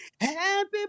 Happy